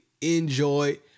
enjoy